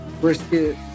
brisket